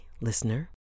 listener